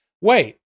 Wait